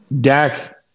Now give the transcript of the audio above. Dak